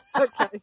Okay